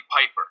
Piper